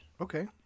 Okay